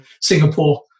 Singapore